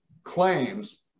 claims